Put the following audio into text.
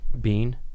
bean